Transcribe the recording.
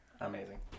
Amazing